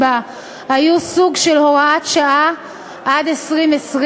היו סוג של הוראת שעה עד 2020,